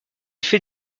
fait